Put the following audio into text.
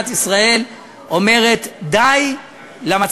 הסמכת יושב-ראש רשות ניירות ערך להעביר מידע